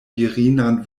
virinan